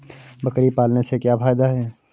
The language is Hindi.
बकरी पालने से क्या फायदा है?